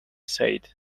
said